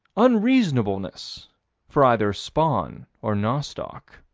unseasonableness for either spawn or nostoc.